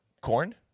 Corn